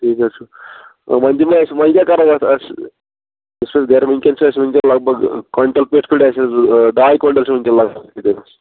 ٹھیٖک حظ چھُ وۅنۍ دِمو أسۍ وۅنۍ کیٛاہ کَرو اتھ أسۍ یُس سُہ گَرٕ وُنکیٚن چھُ آسہِ لَگ بَگ کۅینٛٹَل پیٚٹھۍ کھنٛڈ آسہِ ڈاے کۅینٛٹَل چھُ وُنکیٚس لَگان تٔمِس